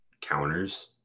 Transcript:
counters